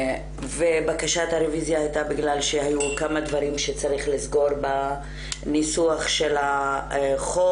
בקשת הרביזיה הייתה כי היו כמה דברים שצריך לסגור בניסוח של החוק.